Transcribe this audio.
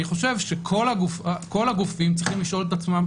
אני חושב שכל הגופים צריכים לשאול את עצמם